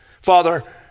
Father